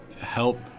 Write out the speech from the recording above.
help